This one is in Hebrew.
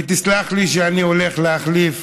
ותסלח לי שאני הולך להחליף